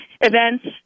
Events